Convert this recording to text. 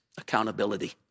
accountability